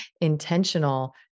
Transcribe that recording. intentional